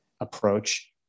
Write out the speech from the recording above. approach